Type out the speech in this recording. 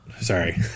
sorry